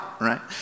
right